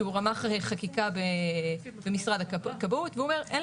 שהוא רמ"ח חקיקה במשרד הכבאות והוא אומר שאיטן